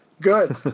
good